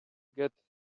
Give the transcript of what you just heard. get